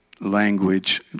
language